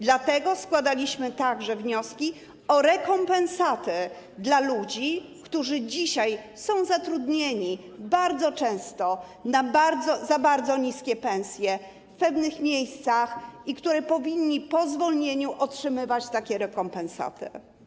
Dlatego składaliśmy także wnioski o rekompensatę dla ludzi, którzy dzisiaj są zatrudnieni bardzo często za bardzo niskie pensje w pewnych miejscach i którzy powinni po zwolnieniu otrzymywać rekompensaty.